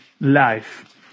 life